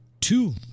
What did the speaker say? two